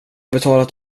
betalat